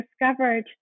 discovered